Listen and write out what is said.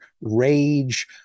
rage